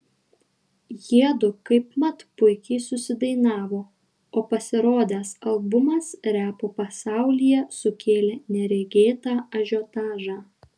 jiedu kaipmat puikiai susidainavo o pasirodęs albumas repo pasaulyje sukėlė neregėtą ažiotažą